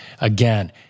Again